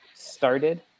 started